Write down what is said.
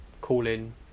call-in